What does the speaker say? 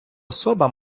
особа